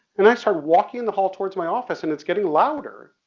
and i started walking in the hall towards my office and it's getting louder.